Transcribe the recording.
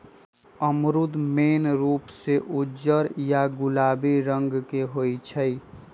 अमरूद मेन रूप से उज्जर या गुलाबी रंग के होई छई